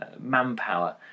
manpower